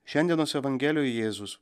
šiandienos evangelijoj jėzus